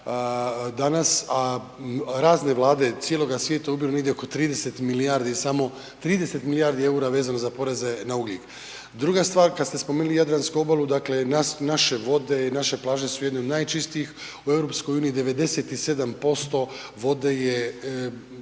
danas, a razne vlade cijeloga svijeta ubiru negdje oko 30 milijardi, samo 30 milijardi EUR-a vezano za poreze na ugljik. Druga stvar kad ste spomenuli jadransku obalu, dakle naše vode i naše plaže su jedne od najčistijih u EU 97% vode je